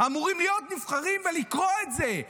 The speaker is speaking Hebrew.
אמורים להיות נבחרים ולקרוא את זה.